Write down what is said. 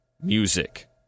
music